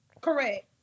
Correct